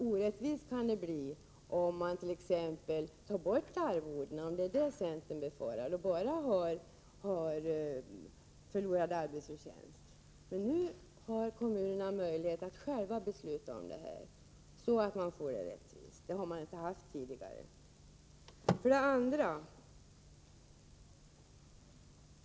Orättvist kan det bli, om man t.ex. tar bort arvodena — om det är det centern befarar — eller bara ger ersättning för förlorad arbetsförtjänst. Nu har kommunerna möjlighet att själva besluta om detta, så att man får det rättvist. Det har de inte haft tidigare.